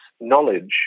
knowledge